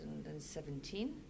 2017